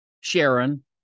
Sharon